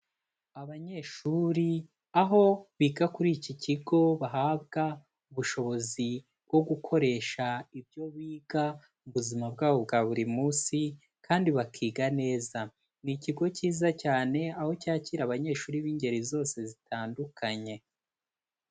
Abanyeshuri, aho biga kuri iki kigo bahabwa ubushobozi bwo gukoresha ibyo biga mu buzima bwabo bwa buri munsi, kandi bakiga neza, ni ikigo iza cyane, aho cyakira abanyeshuri b'ingeri zose zitandukanye.